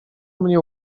mnie